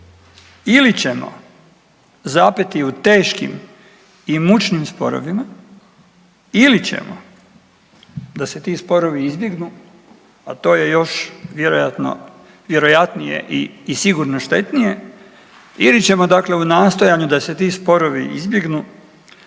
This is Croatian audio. ili ćemo zapeti u teškim i mučnim sporovima, ili ćemo da se ti sporovi izbjegnu a to je još vjerojatno vjerojatnije i sigurno štetnije. Ili ćemo dakle u nastojanju da se ti sporovi izbjegnu